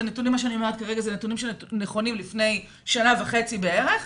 והנתונים שאני אומרת כרגע הם נתונים שנכונים ללפני שנה וחצי בערך,